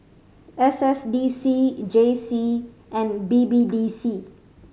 S S D C J C and B B D C